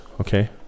okay